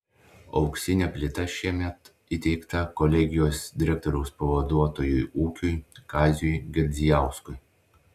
auksinė plyta šiemet įteikta kolegijos direktoriaus pavaduotojui ūkiui kaziui girdzijauskui